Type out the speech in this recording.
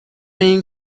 این